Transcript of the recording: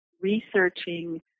researching